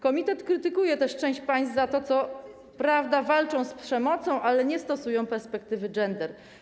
Komitet krytykuje też część państw za to, że co prawda walczą z przemocą, ale nie stosują perspektywy gender.